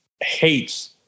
hates